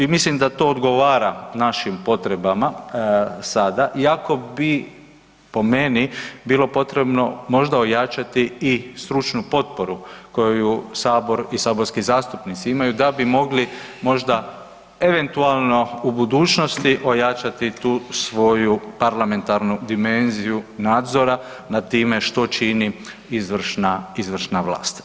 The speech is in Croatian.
I mislim da to odgovara našim potreba sada, iako bi po meni bilo potrebno možda ojačati i stručnu potporu koju Sabor i saborski zastupnici imaju da bi mogli možda eventualno u budućnosti ojačati tu svoju parlamentarnu dimenziju nadzora nad time što čini izvršna vlast.